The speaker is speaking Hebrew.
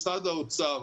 משרד האוצר,